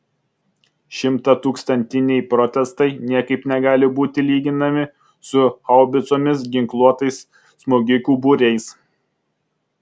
šimtatūkstantiniai protestai niekaip negali būti lyginami su haubicomis ginkluotais smogikų būriais